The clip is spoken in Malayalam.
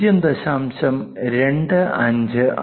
25 ആണ്